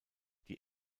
die